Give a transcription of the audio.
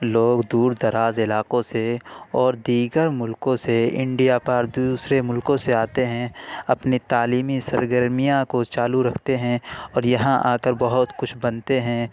لوگ دور دراز علاقوں سے اور دیگر ملکوں سے انڈیا پار دوسرے ملکوں سے آتے ہیں اپنی تعلیمی سرگرمیاں کو چالو رکھتے ہیں اور یہاں آکر بہت کچھ بنتے ہیں